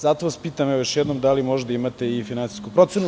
Zato vas pitam još jednom – da li možda imate i finansijsku procenu?